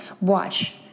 watch